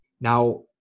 Now